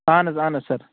اہن حظ اہن حظ سر